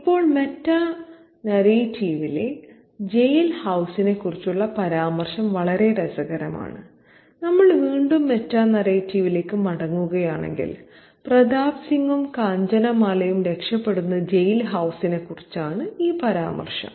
ഇപ്പോൾ മെറ്റനറേറ്റീവിലെ ജയിൽ ഹൌസിനെക്കുറിച്ചുള്ള പരാമർശം വളരെ രസകരമാണ് നമ്മൾ വീണ്ടും മെറ്റാനറേറ്റീവിലേക്ക് മടങ്ങുകയാണെങ്കിൽ പ്രതാപ് സിംഗും കാഞ്ചനമാലയും രക്ഷപ്പെടുന്ന ജയിൽ ഹൌസിനെക്കുറിച്ചാണ് ഈ പരാമർശം